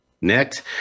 next